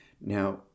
Now